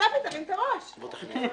בעניין רשות השידור והמשך החקיקה שהייתה גם